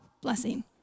blessing